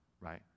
right